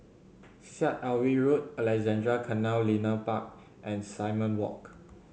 Syed Alwi Road Alexandra Canal Linear Park and Simon Walk